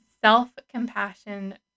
self-compassion